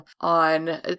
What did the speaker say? on